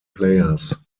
players